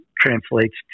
translates